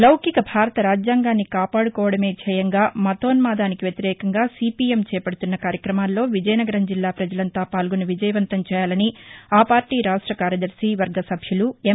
లౌకిక భారత రాజ్యాంగాన్ని కాపాడుకోవడమే ధ్యేయంగా మతోన్మాదానికి వ్యతిరేకంగా సిపిఎం చేపడుతున్న కార్యక్రమాల్లో విజయనగరం జిల్లా ప్రజలంతా పాల్గొని విజయవంతం చేయాలని ఆ పార్టీ రాష్ట కార్యదర్శి వర్గ సభ్యులు ఎం